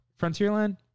Frontierland